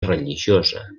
religiosa